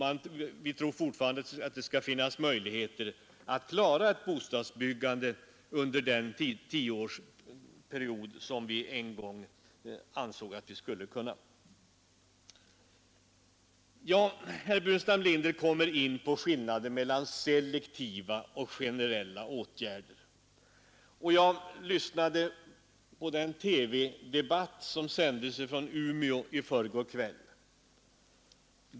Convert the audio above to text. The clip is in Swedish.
Där tror man att det skall finnas goda möjligheter att bygga en miljon lägenheter under tioårsperioden 1965 1974. Herr Burenstam Linder kom in på skillnaden mellan selektiva och generella åtgärder. Jag lyssnade på den TV-debatt som sändes från Umeå i förrgår kväll.